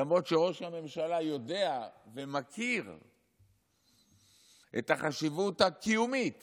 למרות שראש הממשלה יודע ומכיר את החשיבות הקיומית